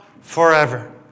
forever